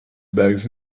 bags